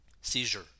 Seizure